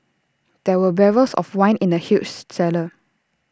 there were barrels of wine in the huge cellar